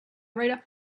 right